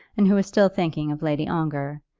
and who was still thinking of lady ongar,